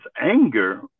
anger